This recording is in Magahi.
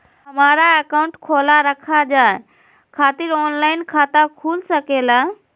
हमारा अकाउंट खोला रखा जाए खातिर ऑनलाइन खाता खुल सके ला?